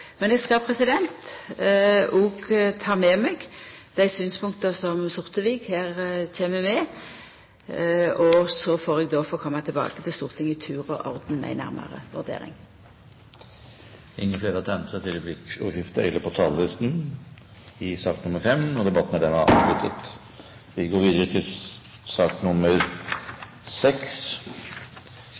Men eg skal òg ta med meg dei synspunkta som Sortevik her kjem med, og så får eg få koma tilbake til Stortinget – i tur og orden – med ei nærmare vurdering. Flere har ikke bedt om ordet til sak